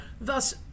thus